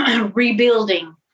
rebuilding